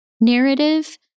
narrative